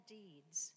deeds